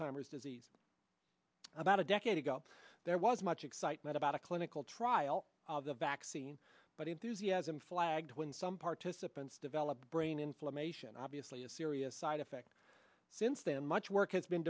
timers disease about a decade ago there was much exciting about a clinical trial of the vaccine but enthusiasm flagged when some participants developed brain inflammation obviously a serious side effect since then much work has been